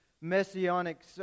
messianic